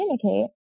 communicate